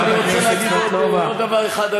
חברת הכנסת סבטלובה.